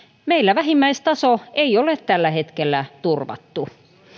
meillä vähimmäistaso ei ole tällä hetkellä turvattu